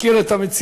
מכיר את המציאות.